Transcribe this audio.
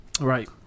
right